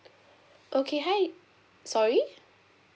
okay hi sorry